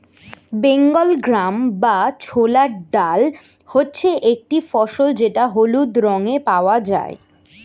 Bengal gram বা ছোলার ডাল হচ্ছে একটি ফসল যেটা হলুদ রঙে পাওয়া যায়